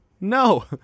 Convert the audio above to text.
No